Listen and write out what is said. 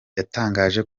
yatangaje